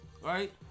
right